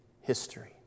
history